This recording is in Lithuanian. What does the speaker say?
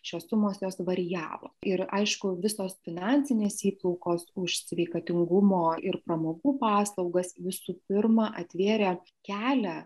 šios sumos jos varijavo ir aišku visos finansinės įplaukos už sveikatingumo ir pramogų paslaugas visų pirma atvėrė kelią